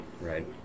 Right